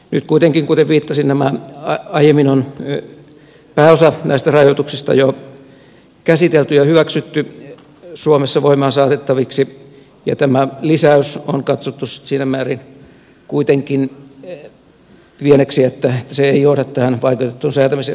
nyt kuitenkin kuten viittasin aiemmin on pääosa näistä rajoituksista jo käsitelty ja hyväksytty suomessa voimaan saatettaviksi ja tämä lisäys on katsottu siinä määrin kuitenkin pieneksi että se ei johda tähän vaikeutettuun säätämisjärjestykseen